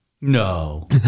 No